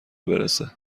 برسه